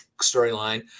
storyline